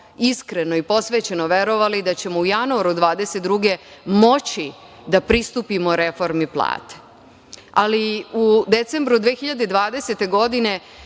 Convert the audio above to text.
iskreno i posvećeno verovali da ćemo u januaru 2022. godine moći da pristupimo reformi plate.U decembru 2020. godine